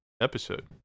episode